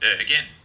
again